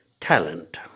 talent